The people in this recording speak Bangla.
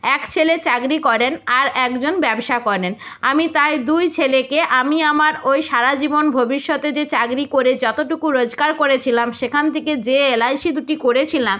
এক ছেলে চাকরি করেন আর একজন ব্যবসা করেন আমি তাই দুই ছেলেকে আমি আমার ওই সারা জীবন ভবিষ্যতে যে চাকরি করে যতটুকু রোজগার করেছিলাম সেখান থেকে যে এলআইসি দুটি করেছিলাম